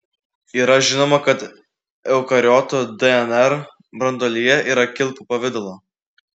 yra žinoma kad eukariotų dnr branduolyje yra kilpų pavidalo